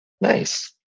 Nice